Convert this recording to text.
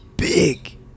big